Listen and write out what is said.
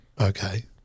Okay